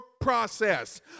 process